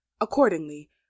accordingly